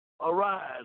arise